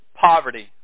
poverty